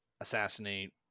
assassinate